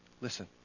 Listen